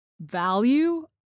value